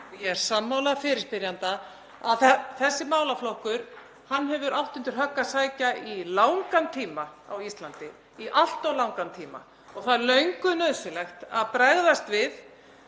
Ég er sammála fyrirspyrjanda að þessi málaflokkur hefur átt undir högg að sækja í langan tíma á Íslandi, í allt of langan tíma, og það er löngu nauðsynlegt að bregðast við.